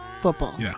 football